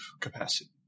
capacity